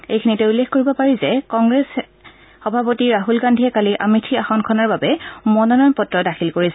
এইখিনিতে উল্লেখ কৰিব পাৰি যে কংগ্ৰেছ সভাপতি ৰাহুল গান্ধীয়ে কালি আমেথি আসনখনৰ বাবে মনোনয়ন পত্ৰ দাখিল কৰিছে